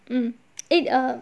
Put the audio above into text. yup um eh err